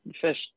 fish